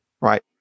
right